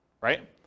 right